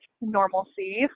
normalcy